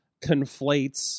conflates